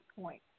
point